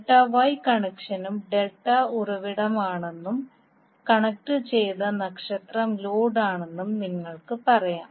delta Y കണക്ഷനും delta ഉറവിടമാണെന്നും കണക്റ്റുചെയ്ത നക്ഷത്രം ലോഡാണെന്നും നിങ്ങൾക്ക് പറയാം